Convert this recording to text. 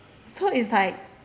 so it's like